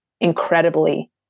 incredibly